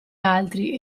altri